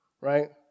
right